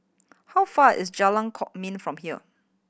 how far is Jalan Kwok Min from here